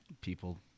people